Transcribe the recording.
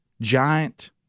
giant